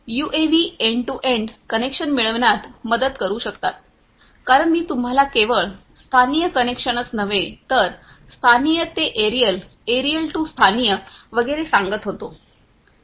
UAV end to end connection मिळविण्यात मदत करू शकतात कारण मी तुम्हाला केवळ स्थानीय कनेक्शनच नव्हे तर स्थानीय ते एरियल एरियल टू स्थानीय वगैरे सांगत होतो